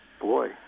Boy